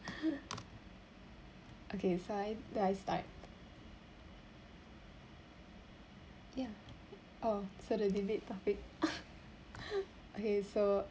okay so I do I start ya oh so the debate topic okay so